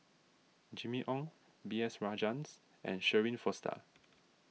Jimmy Ong B S Rajhans and Shirin Fozdar